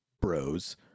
Bros